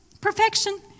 perfection